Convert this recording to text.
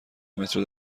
مترو